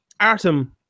Artem